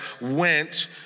went